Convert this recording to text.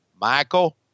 Michael